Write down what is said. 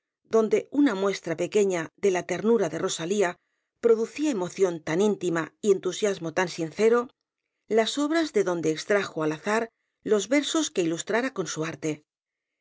donde una muestra pequeña de la ternura de rosalía producía emoción tan íntima y entusiasmo tan sincero las obras de donde extrajo al azar los versos que ilustrara con su arte